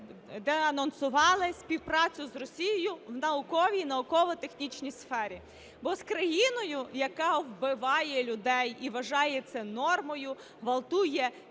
денонсували співпрацю з Росією в науковій і науково-технічній сфері. Бо з країною, яка вбиває людей і вважає це нормою, ґвалтує